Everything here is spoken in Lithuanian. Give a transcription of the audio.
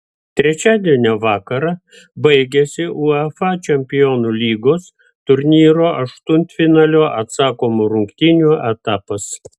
trečiadienio vakarą baigėsi uefa čempionų lygos turnyro aštuntfinalio atsakomų rungtynių etapas